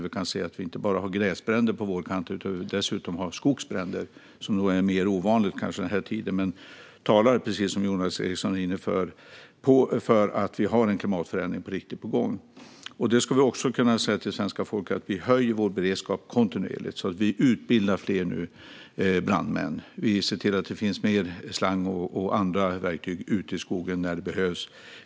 Vi kan se att vi inte bara har gräsbränder på vårkanten utan dessutom skogsbränder som kanske är mer ovanligt den här tiden. Det talar för, precis som Jonas Eriksson var inne på, att vi har en klimatförändring riktigt på gång. Vi ska också kunna säga till svenska folket att vi höjer vår beredskap kontinuerligt. Vi utbildar nu fler brandmän. Vi ser till att det finns mer slang och andra verktyg ute i skogen när det behövs.